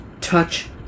touch